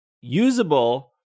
usable